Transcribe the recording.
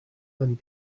and